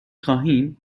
خواهیم